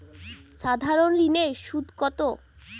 সাধারণ ঋণের সুদ কত?